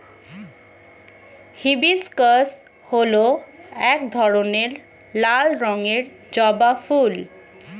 hibiscus হল এক ধরনের লাল রঙের জবা ফুল